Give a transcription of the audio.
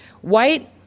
White